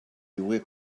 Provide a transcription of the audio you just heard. lloguer